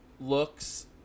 looks